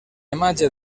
imatge